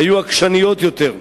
היו עקשניות יותר,